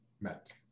met